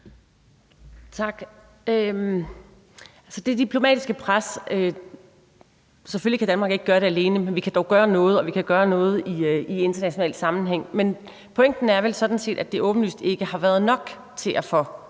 til det diplomatiske pres kan Danmark selvfølgelig ikke gøre det alene, men vi kan dog gøre noget, og vi kan gøre noget i international sammenhæng. Men pointen er vel sådan set, at det åbenlyst ikke har været nok til at få